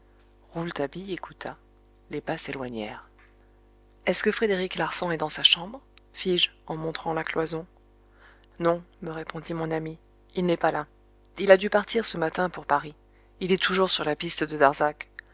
rouletabille écouta les pas s'éloignèrent est-ce que frédéric larsan est dans sa chambre fis-je en montrant la cloison non me répondit mon ami il n'est pas là il a dû partir ce matin pour paris il est toujours sur la piste de darzac